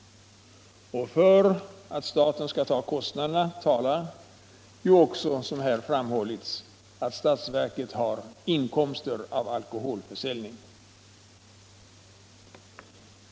För att staten skall ta på sig kostnaderna talar också, som här har framhållits, statverkets inkomster av alkoholförsäljning.